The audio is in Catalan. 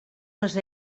les